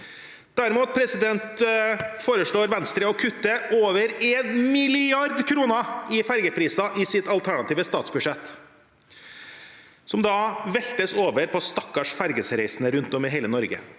Derimot foreslår Venstre å kutte over 1 mrd. kr i ferjepriser i sitt alternative statsbudsjett, som da veltes over på de stakkars ferjereisende rundt om i hele Norge.